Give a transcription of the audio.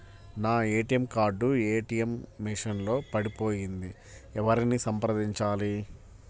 నా ATM card ATM machine లో పడిపోయింది ఎవరిని సంప్రదించాలి?